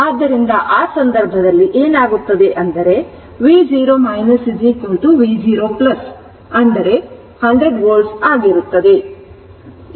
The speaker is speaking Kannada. ಆದ್ದರಿಂದ ಆ ಸಂದರ್ಭದಲ್ಲಿ ಏನಾಗುತ್ತದೆ ಅಂದರೆ v0 v0 100 ವೋಲ್ಟ್ ಆಗಿರುತ್ತದೆ